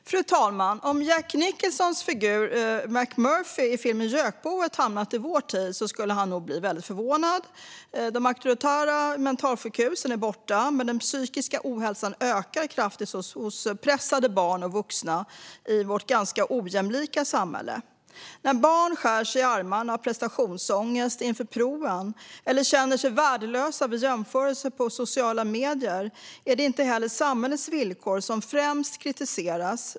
Fru talman! Om Jack Nicholsons figur McMurphy i filmen Gökboet hamnat i vår tid skulle han nog ha blivit väldigt förvånad. De auktoritära mentalsjukhusen är borta, men den psykiska ohälsan ökar kraftigt hos pressade barn och vuxna i vårt ganska ojämlika samhälle. När barn skär sig i armarna av prestationsångest inför proven eller känner sig värdelösa vid jämförelser på sociala medier är det inte samhällets villkor som främst kritiseras.